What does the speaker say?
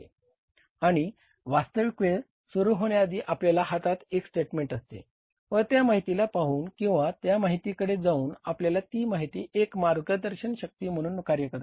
आणि वास्तविक वेळ सुरू होण्याआधी आपल्या हातात एक स्टेटमेंट असते व त्या माहितीला पाहून किंवा त्या माहितीकडे जाऊन आपल्याला ती माहिती एक मार्गदर्शक शक्ती म्हणून कार्य करते